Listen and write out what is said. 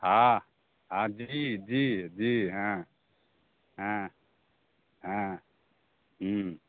हँ हँ जी जी जी हँ हँ हँ हम